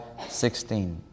16